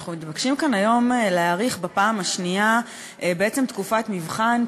אנחנו מתבקשים כאן היום להאריך בפעם השנייה בעצם תקופת מבחן,